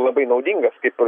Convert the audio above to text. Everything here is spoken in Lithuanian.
labai naudingas kaip